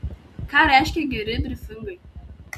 ką reiškia geri brifingai